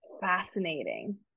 fascinating